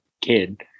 kid